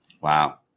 Wow